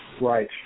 Right